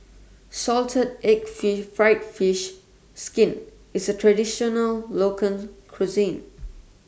Salted Egg Fish Fried Fish Skin IS A Traditional Local Cuisine